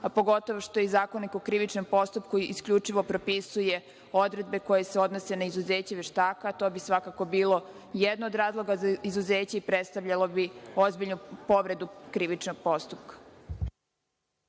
pogotovo što i Zakonik o krivičnom postupku isključivo propisuje odredbe koje se odnose na izuzeće veštaka, što bi svakako bio jedan od razloga za izuzeće i predstavljalo bi ozbiljnu povredu krivičnog postupka.